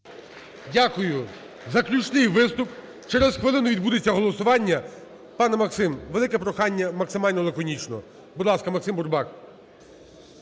Дякую. Заключний виступ, через хвилину відбудеться голосування. Пане Максим, велике прохання: максимально лаконічно. Будь ласка, Максим Бурбак.